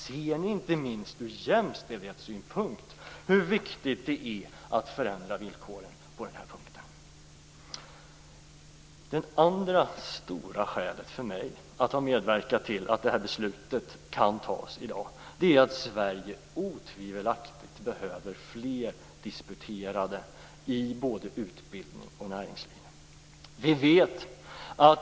Ser ni inte, inte minst från jämställdhetssynpunkt, hur viktigt det är att förändra villkoren på den här punkten? Det andra skälet för mig att ha medverkat till att det här beslutet kan fattas i dag är att Sverige otvivelaktigt behöver fler disputerade i både utbildning och näringsliv.